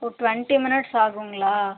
ஓ twenty minutes ஆகுங்களா